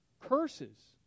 curses